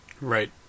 Right